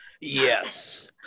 Yes